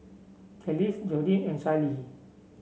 Kelis Jordyn and Charlee